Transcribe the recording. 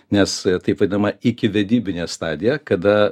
nes taip vadinama ikivedybinė stadija kada